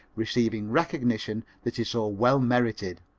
receive recognition that is so well merited.